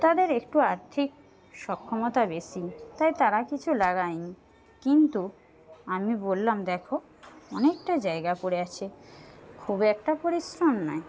তাদের একটু আর্থিক সক্ষমতা বেশি তাই তারা কিছু লাগায় নি কিন্তু আমি বললাম দেখো অনেকটা জায়গা পড়ে আছে খুব একটা পরিশ্রম নয়